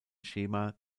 schema